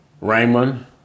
Raymond